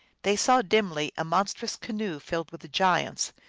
they saw dimly a monstrous canoe filled with giants,